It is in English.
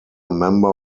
member